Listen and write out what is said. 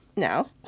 No